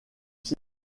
sont